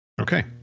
Okay